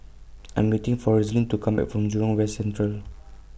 I Am waiting For Roselyn to Come Back from Jurong West Central